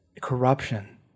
Corruption